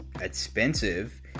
expensive